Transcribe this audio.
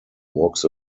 walks